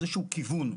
כיוון,